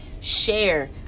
share